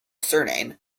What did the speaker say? surname